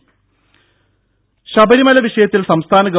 ദേദ ശബരിമല വിഷയത്തിൽ സംസ്ഥാന ഗവ